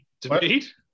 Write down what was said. Debate